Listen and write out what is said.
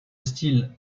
style